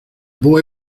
boy